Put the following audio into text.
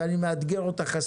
ואני מאתגר אותך,